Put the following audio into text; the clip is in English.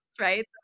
Right